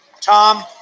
Tom